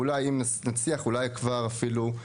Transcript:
אם נצליח אולי נקיים גם הצבעות,